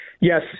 Yes